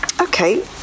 Okay